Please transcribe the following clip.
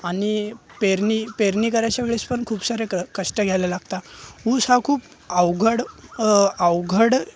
आणि पेरणी पेरणी करायच्या वेळेस पण खूप सारे क कष्ट घ्यायला लागता ऊस हा खूप अवघड अवघड